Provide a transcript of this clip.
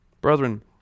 Brethren